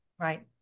Right